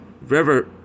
river